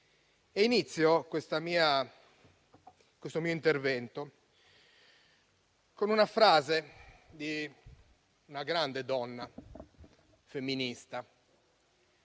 Inizio questo mio intervento con una frase di una grande donna femminista,